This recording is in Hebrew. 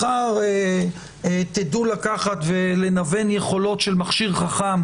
מחר תדעו לקחת ולנוון יכולות של מכשיר חכם,